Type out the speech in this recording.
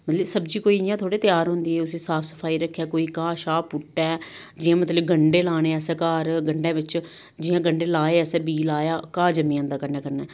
मतलब सब्जी कोई इयां थोह्ड़े त्यार होंदी ऐ उसी साफ सफाई रक्खै कोई घाह शाह् पुट्टे जियां मतलब कि गंढे लाने असें घर गंढे बिच्च जियां गंढे लाए असें बीऽ लाया घाह् जम्मीं जदां कन्नै कन्नै